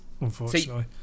unfortunately